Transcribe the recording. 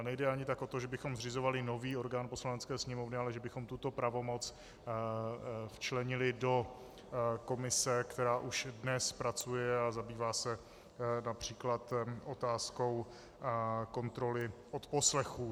Nejde ani tak o to, že bychom zřizovali nový orgán Poslanecké sněmovny, ale že bychom tuto pravomoc včlenili do komise, která už dnes pracuje a zabývá se např. otázkou kontroly odposlechů.